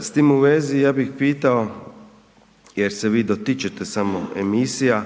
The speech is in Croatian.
S tim u vezi ja bih pitao, jer se vi dotičete samo emisija,